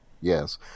Yes